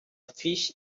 fish